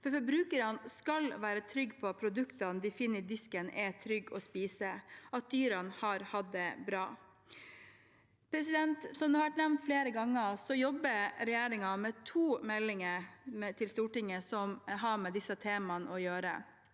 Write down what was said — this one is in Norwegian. ha. Forbrukerne skal være trygge på at produktene de finner i disken, er trygge å spise, og at dyrene har hatt det bra. Som det har vært nevnt flere ganger, jobber regjeringen med to meldinger til Stortinget som har med disse temaene å gjøre.